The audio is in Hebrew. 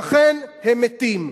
ואכן, הם מתים.